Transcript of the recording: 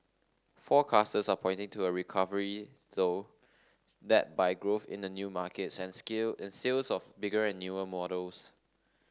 forecasters are pointing to a recovery though led by growth in new markets and skill and sales of bigger and newer models